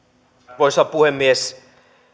arvoisa puhemies